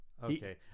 Okay